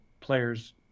players